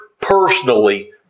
personally